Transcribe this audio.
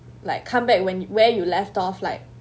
like come back when where you left off like